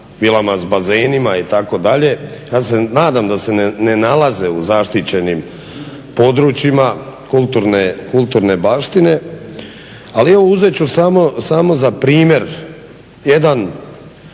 vilama s bazenima itd. Ja se nadam da se ne nalaze u zaštićenim područjima kulturne baštine, ali evo uzet ću samo za primjer jedan